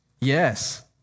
Yes